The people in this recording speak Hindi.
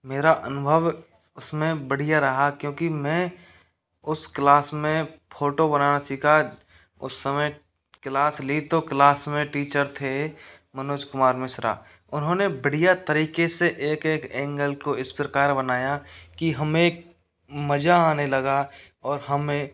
मेरा अनुभव उसमें बढ़िया रहा क्योंकि मैं उस क्लास में फ़ोटो बनाना सीखा उस समय क्लास ली तो क्लास में टीचर थे मनोज कुमार मिश्रा उन्होंने बढ़िया तरीके से एक एक ऐंगल को इस प्रकार बनाया कि हमें मज़ा आने लगा और हमें